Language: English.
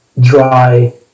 dry